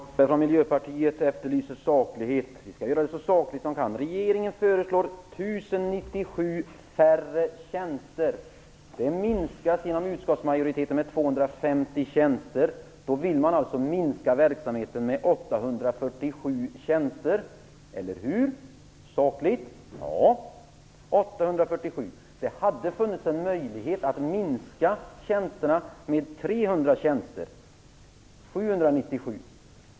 Herr talman! Miljöpartiet efterlyser saklighet. Vi skall göra det så sakligt som vi kan. Regeringen föreslår 1 097 färre tjänster. Utskottsmajoriteten har minskat detta med 250 tjänster. Man vill således minska verksamheten med 847 tjänster, eller hur? Sakligt? Ja! Det hade funnits en möjlighet att minska neddragningen med 300 tjänster, dvs. en minskning med 797.